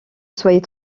soyez